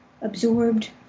absorbed